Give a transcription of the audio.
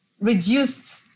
reduced